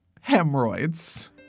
Hemorrhoids